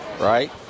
right